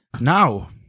Now